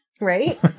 Right